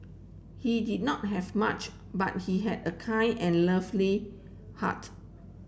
he did not have much but he had a kind and lovely heart